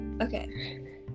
Okay